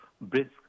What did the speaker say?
brisk